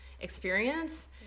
experience